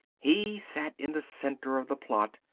he sat in the center of the plot,